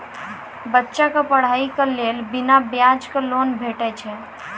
बच्चाक पढ़ाईक लेल बिना ब्याजक लोन भेटै छै?